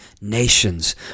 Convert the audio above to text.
nations